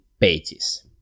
pages